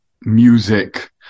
music